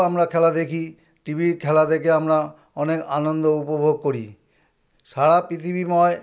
আমরা খেলা দেখি টিভির খেলা দেখে আমরা অনেক আনন্দ উপভোগ করি সারা পৃথিবীময়